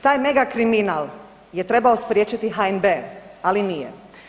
Taj mega kriminal je trebao spriječiti HNB, ali nije.